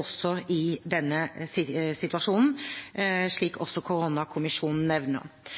også i denne situasjonen, slik også koronakommisjonen nevner.